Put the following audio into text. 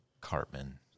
Cartman